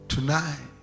Tonight